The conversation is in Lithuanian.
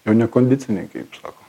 jau nekondiciniai kaip sako